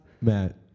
Matt